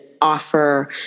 offer